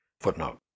footnote